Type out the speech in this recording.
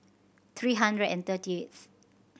three hundred and thirty eighth